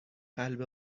قلب